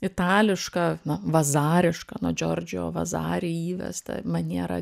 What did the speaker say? itališką na vazarišką nuo džiordžio vazari įvesta manierą